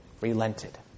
relented